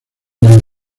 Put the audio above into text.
del